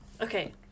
Okay